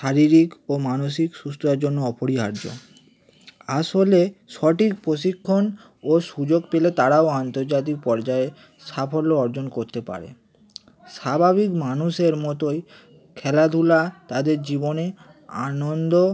শারীরিক ও মানসিক সুস্থতার জন্য অপরিহার্য আসলে সঠিক প্রশিক্ষণ ও সুযোগ পেলে তারাও আন্তর্জাতিক পর্যায়ে সাফল্য অর্জন করতে পারে স্বাভাবিক মানুষের মতোই খেলাধুলা তাদের জীবনে আনন্দ